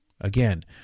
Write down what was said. Again